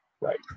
Right